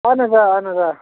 اَہَن حظ آ اَہَن حظ آ